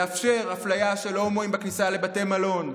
לאפשר אפליה נגד הומואים בכניסה לבתי מלון,